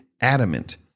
adamant